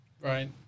Right